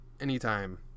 anytime